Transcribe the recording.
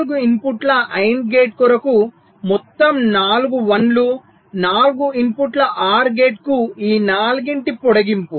4 ఇన్పుట్ల AND gate కొరకు మొత్తం 4 1 లు 4 ఇన్పుట్ల OR గేట్ ఈ 4 గింటి పొడిగింపు